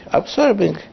absorbing